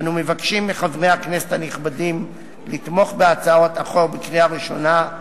אנחנו מבקשים מחברי הכנסת הנכבדים לתמוך בהצעת החוק בקריאה ראשונה,